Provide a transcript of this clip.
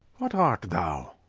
what art thou?